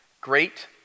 Great